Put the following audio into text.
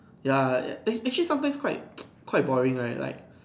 ya ya I actually sometimes quite quite boring right like